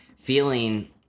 feeling